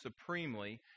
supremely